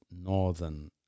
northern